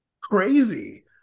Crazy